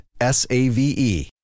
S-A-V-E